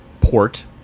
port